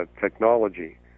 technology